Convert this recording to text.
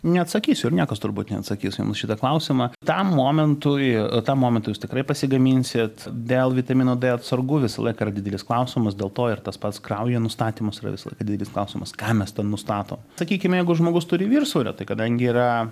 neatsakysiu ir niekas turbūt neatsakys jum į šitą klausimą tam momentui tam momentui jūs tikrai pasigaminsit dėl vitamino d atsargų visą laiką yra didelis klausimas dėl to ir tas pats kraujo nustatymas yra visą laiką didelis klausimas ką mes ten nustatom sakykim jeigu žmogus turi viršsvorio tai kadangi yra